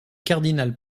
cardinal